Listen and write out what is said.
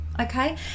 Okay